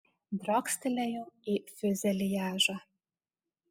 driokstelėjau į fiuzeliažą